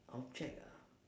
object ah